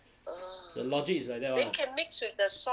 the logic is like that [one]